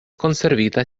konservita